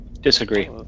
disagree